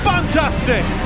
Fantastic